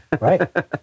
Right